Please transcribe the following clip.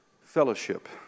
fellowship